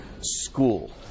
school